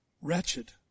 wretched